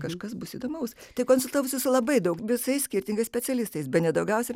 kažkas bus įdomaus tai konsultavosi su labai daug visais skirtingais specialistais bene daugiausiai